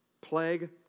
Plague